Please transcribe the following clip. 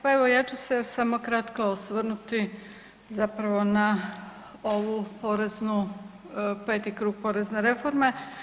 Pa evo ja ću se samo kratko osvrnuti zapravo na ovu poreznu, peti krug porezne reforme.